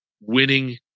winning